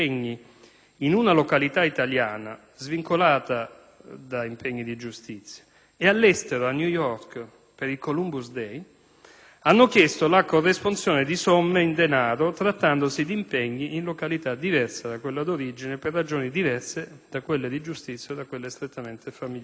in una località italiana e all'estero, a New York, per il *Columbus day*, hanno chiesto la corresponsione di somme in denaro trattandosi di impegni in località diversa da quella di origine per ragioni diverse da quelle di giustizia o da quelle strettamente familiari.